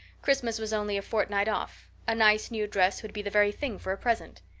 christmas was only a fortnight off. a nice new dress would be the very thing for a present.